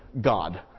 God